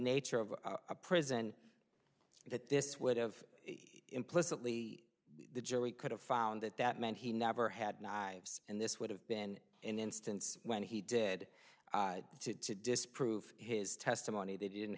nature of a prison that this would've implicitly the jury could have found that that meant he never had knives and this would have been an instance when he did it to disprove his testimony that he didn't